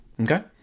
Okay